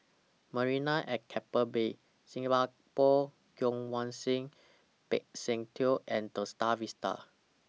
Marina At Keppel Bay Singapore Kwong Wai Siew Peck San Theng and The STAR Vista